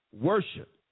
Worship